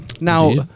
Now